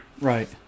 Right